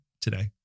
today